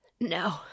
No